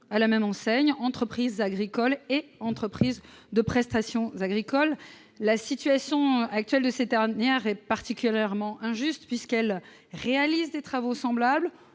à la même enseigne : entreprises agricoles et entreprises de prestations agricoles. La situation actuelle de ces dernières est particulièrement injuste : elles réalisent des travaux semblables,